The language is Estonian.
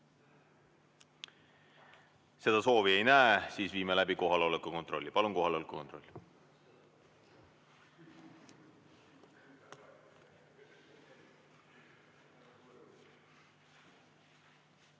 Seda soovi ma ei näe. Viime läbi kohaloleku kontrolli. Palun kohaloleku kontroll!